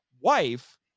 wife